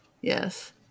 Yes